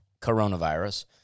coronavirus